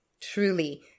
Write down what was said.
Truly